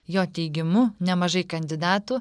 jo teigimu nemažai kandidatų